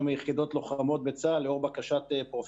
מיחידות לוחמות בצה"ל לאור בקשת פרופ'